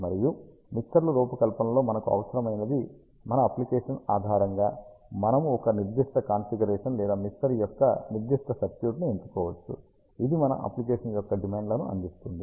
మరియు మిక్సర్ రూపకల్పనలో మనకు అవసరమైనది మన అప్లికేషన్ ఆధారంగా మానము ఒక నిర్దిష్ట కాన్ఫిగరేషన్ లేదా మిక్సర్ యొక్క నిర్దిష్ట సర్క్యూట్ను ఎంచుకోవచ్చు ఇది మన అప్లికేషన్ యొక్క డిమాండ్లను అందిస్తుంది